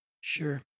Sure